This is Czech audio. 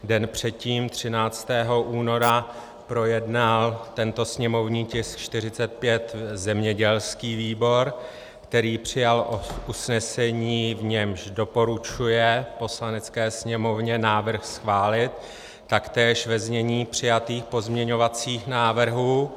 Den předtím, 13. února, projednal tento sněmovní tisk 45 zemědělský výbor, který přijal usnesení, v němž doporučuje Poslanecké sněmovně návrh schválit taktéž ve znění přijatých pozměňovacích návrhů.